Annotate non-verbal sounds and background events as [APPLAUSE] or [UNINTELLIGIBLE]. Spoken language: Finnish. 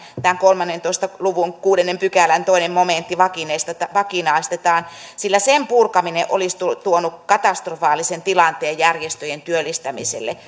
kolmentoista luvun kuudennen pykälän toinen momentti vakinaistetaan vakinaistetaan sillä sen purkaminen olisi tuonut tuonut katastrofaalisen tilanteen järjestöjen työllistämiselle [UNINTELLIGIBLE]